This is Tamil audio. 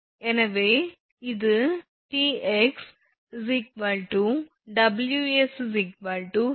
எனவே அது 𝑇𝑥 𝑊𝑐 𝐻